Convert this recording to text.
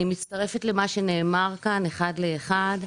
אני מצטרפת למה שנאמר כאן אחד לאחד.